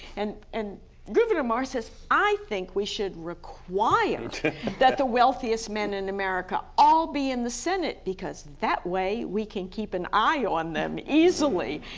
and and gouverneur morris says, i think we should require that the wealthiest men in america all be in the senate because that way we can keep an eye on them easily.